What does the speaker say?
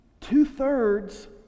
two-thirds